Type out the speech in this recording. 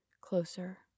closer